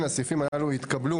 הסעיפים אושרו.